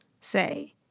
say